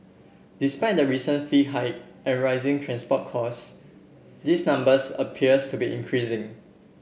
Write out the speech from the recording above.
despite the recent fee hike and rising transport cost this numbers appears to be increasing